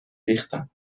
ریختم